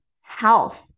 health